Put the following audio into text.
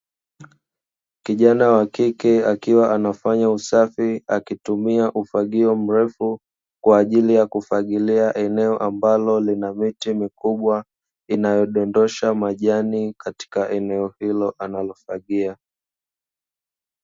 Kijana wakike, akiwa anafanya usafi akitumia ufagio mrefu, kwa ajili ya kufagililia eneo ambalo lina miti mikubwa, inayodondosha majani katika eneo hilo analo fagia.